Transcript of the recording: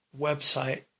website